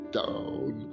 down